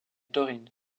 taurine